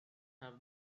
have